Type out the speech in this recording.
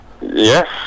Yes